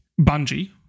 Bungie